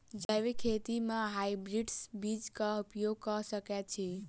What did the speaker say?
जैविक खेती म हायब्रिडस बीज कऽ उपयोग कऽ सकैय छी?